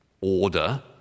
order